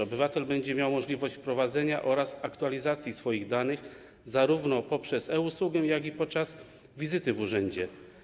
Obywatel będzie miał możliwość wprowadzenia oraz aktualizacji swoich danych zarówno poprzez e-usługę, jak i podczas wizyty w urzędzie.